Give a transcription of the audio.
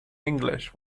english